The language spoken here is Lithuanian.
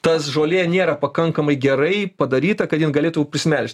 tas žolė nėra pakankamai gerai padaryta kad jin galėtų prisimelžt